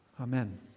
Amen